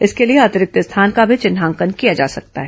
इसके लिए अतिरिक्त स्थान का भी चिन्हांकन किया जा सकता है